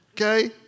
okay